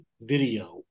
video